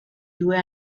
due